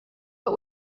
but